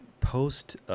post-